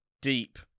deep